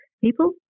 people